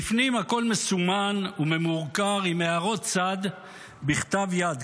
בפנים הכול מסומן וממורקר עם הערות צד בכתב יד,